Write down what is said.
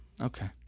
Okay